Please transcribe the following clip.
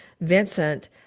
Vincent